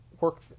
work